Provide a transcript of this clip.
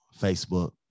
Facebook